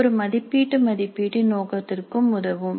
இது ஒரு மதிப்பீட்டு மதிப்பீட்டின் நோக்கத்திற்கும் உதவும்